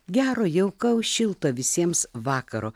gero jaukaus šilto visiems vakaro